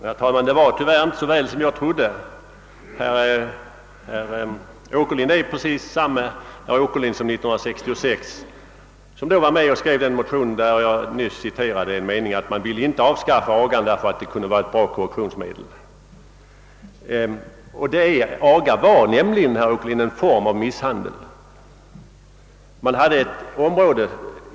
Herr talman! Det var tyvärr inte så väl som jag trodde. Herr Åkerlind är precis samme herr Åkerlind som år 1966, då han var med om att skriva det möotionspar, varur jag nyss läste upp att man inte ville avskaffa agan, eftersom Iden var ett gott korrektionsmedel. Aga ansågs i själva verket, herr Åkerlind, redan då som en form av misshandel.